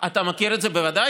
בוודאי